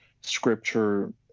Scripture